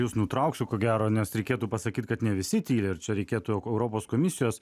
jus nutrauksiu ko gero nes reikėtų pasakyt kad ne visi tyli ir čia reikėtų jog europos komisijos